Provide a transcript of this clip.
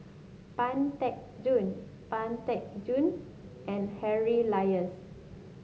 Pang Teck Joon Pang Teck Joon and Harry Elias